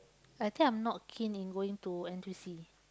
I think I'm not keen in going to N_T_U_C